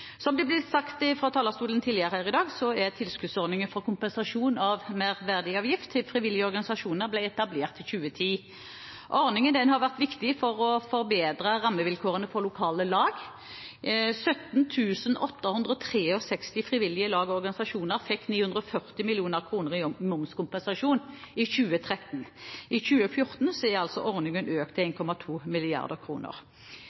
Som det ble sagt her fra talerstolen tidligere i dag, ble tilskuddsordningen for kompensasjon av merverdiavgift til frivillige organisasjoner etablert i 2010. Ordningen har vært viktig for å forbedre rammevilkårene for lokale lag. 17 863 frivillige lag og organisasjoner fikk 940 mill. kr i momskompensasjon i 2013. I 2014 er ordningen økt til